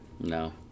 No